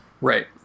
Right